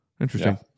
Interesting